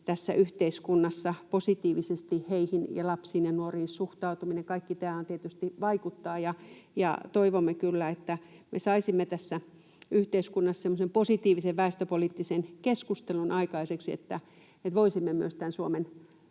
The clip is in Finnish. tässä yhteiskunnassa, positiivisesti heihin ja lapsiin ja nuoriin suhtautuminen, kaikki nämä, tietysti vaikuttavat. Ja toivomme kyllä, että me saisimme tässä yhteiskunnassa semmoisen positiivisen väestöpoliittisen keskustelun aikaiseksi, että voisimme myös Suomen